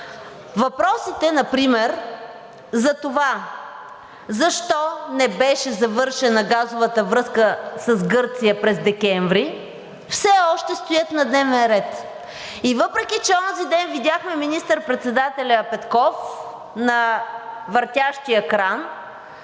Въпросите например за това защо не беше завършена газовата връзка с Гърция през декември, все още стоят на дневен ред. И въпреки че онзиден видяхме министър-председателя Петков на въртящия кран,